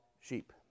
sheep